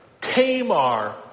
Tamar